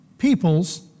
Peoples